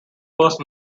first